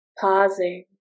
Pausing